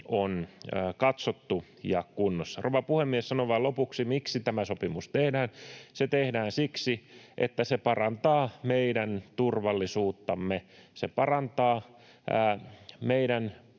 on katsottu ja kunnossa. Rouva puhemies! Sanon vain lopuksi, miksi tämä sopimus tehdään. Se tehdään siksi, että se parantaa meidän turvallisuuttamme. Se parantaa meidän